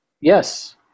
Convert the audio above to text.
Yes